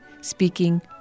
speaking